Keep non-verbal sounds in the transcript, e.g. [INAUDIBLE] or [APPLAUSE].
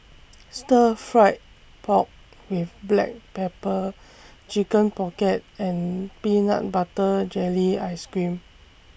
[NOISE] Stir Fried Pork with Black Pepper Chicken Pocket and Peanut Butter Jelly Ice Cream